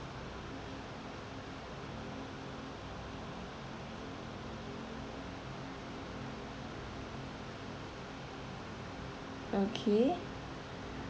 okay